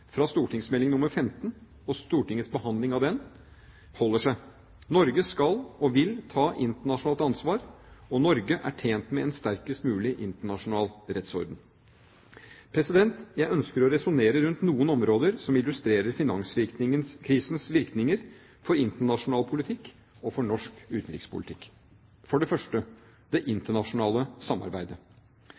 fra St.meld. nr 15 for 2008–2009, og Stortingets behandling av den, holder seg: Norge skal og vil ta internasjonalt ansvar, og Norge er tjent med en sterkest mulig internasjonal rettsorden. Jeg ønsker å resonnere rundt noen områder som illustrerer finanskrisens virkninger for internasjonal politikk og for norsk utenrikspolitikk. For det første: det internasjonale samarbeidet.